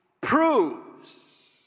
proves